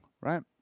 right